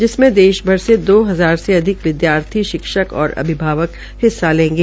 इसमें देश भी से दो हजार से अधिक विदयार्थी शिक्षक और अभिभावक हिस्सा लेंगे